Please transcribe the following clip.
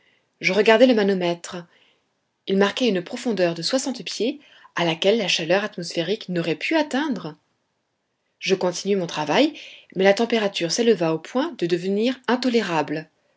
je regardai le manomètre il marquait une profondeur de soixante pieds à laquelle la chaleur atmosphérique n'aurait pu atteindre je continuai mon travail mais la température s'éleva au point de devenir intolérable